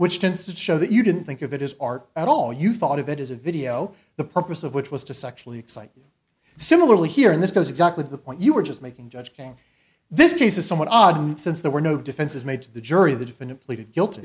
which tends to show that you didn't think of it as art at all you thought of it as a video the purpose of which was to sexually excited similarly here and this goes exactly the point you were just making judge king this case is somewhat odd since there were no defenses made to the jury the defendant pleaded guilty